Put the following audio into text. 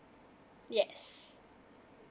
yes